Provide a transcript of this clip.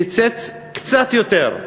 קיצץ קצת יותר,